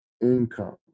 income